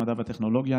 המדע והטכנולוגיה.